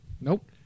Nope